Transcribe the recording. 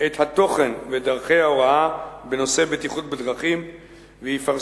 את התוכן ואת דרכי ההוראה בנושא בטיחות בדרכים ויפרסם,